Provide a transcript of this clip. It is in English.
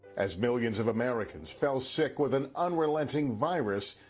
as millions of americans fell sick with an unrelenting virus,